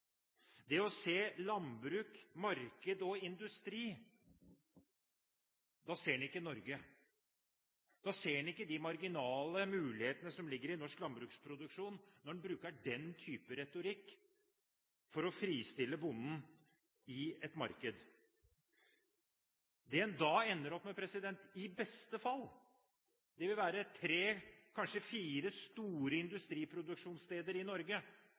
Det å se landbruk, marked og industri – da ser en ikke Norge. Da ser en ikke de marginale mulighetene som ligger i norsk landbruksproduksjon, når en bruker den type retorikk for å fristille bonden i et marked. Det en da ender opp med – i beste fall – er tre, kanskje fire, store industriproduksjonssteder i Norge